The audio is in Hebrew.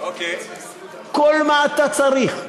כל מה שאתה צריך,